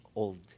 old